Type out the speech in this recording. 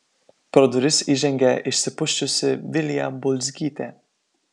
pro duris įžengė išsipusčiusi vilija bulzgytė